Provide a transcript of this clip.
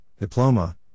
diploma